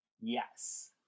Yes